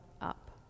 up